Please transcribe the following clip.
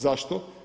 Zašto?